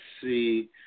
see